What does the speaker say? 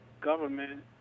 government